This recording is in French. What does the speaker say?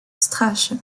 straße